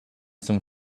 some